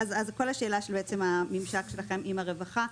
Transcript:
אז כל השאלה של הממשק שלכם עם הרווחה,